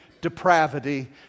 depravity